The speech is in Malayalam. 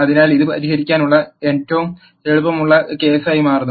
അതിനാൽ ഇത് പരിഹരിക്കാനുള്ള ഏറ്റവും എളുപ്പമുള്ള കേസായി മാറുന്നു